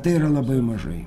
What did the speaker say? tai yra labai mažai